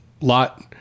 Lot